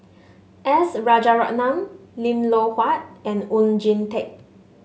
S Rajaratnam Lim Loh Huat and Oon Jin Teik